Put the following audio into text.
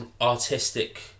artistic